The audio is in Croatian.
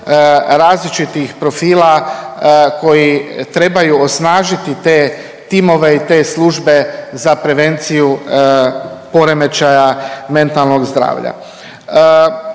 različitih profila koji trebaju osnažiti te timove i te službe za prevenciju poremećaja mentalnog zdravlja.